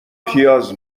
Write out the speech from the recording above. پیاز